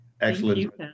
Excellent